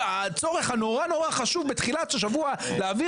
הצורך הנורא נורא חשוב בתחילת השבוע להעביר